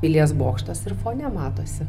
pilies bokštas ir fone matosi